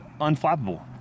Unflappable